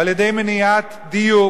על-ידי מניעת דיור,